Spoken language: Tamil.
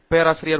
பேராசிரியர் ஜி